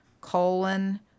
colon